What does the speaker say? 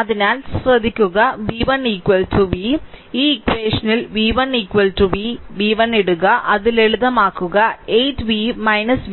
അതിനാൽ ഈ ഇക്വഷനിൽ v1 v v1 ഇടുക അത് ലളിതമാക്കുക 8 v